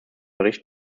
bericht